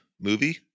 movie